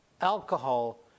alcohol